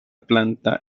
planta